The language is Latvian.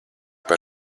par